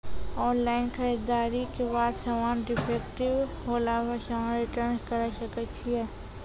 Online खरीददारी के बाद समान डिफेक्टिव होला पर समान रिटर्न्स करे सकय छियै?